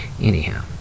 anyhow